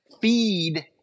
feed